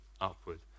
upward